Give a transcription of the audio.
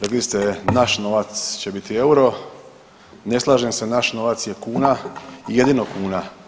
Rekli ste naš novac će biti EUR-o, ne slažem se, naš novac je kuna i jedino kuna.